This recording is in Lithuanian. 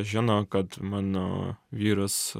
žino kad mano vyras